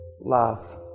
love